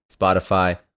Spotify